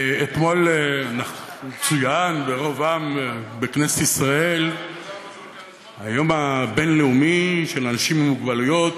אתמול צוין ברוב עם בכנסת ישראל היום הבין-לאומי לאנשים עם מוגבלויות,